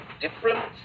different